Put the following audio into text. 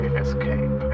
escape